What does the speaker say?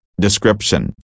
description